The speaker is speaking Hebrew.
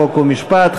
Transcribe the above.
חוק ומשפט,